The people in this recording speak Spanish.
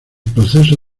proceso